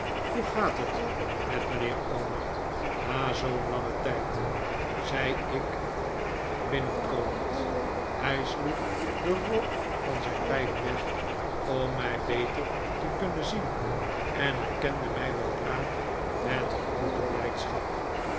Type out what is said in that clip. hoe gaat het met mijnheer omer na zoo'n langen tijd zei ik binnenkomend hij sloeg den rook van zijn pijp weg om david copperfield mij beter te kunnen zien en herkende mij weldra met groote blijdschap